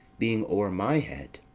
being o'er my head,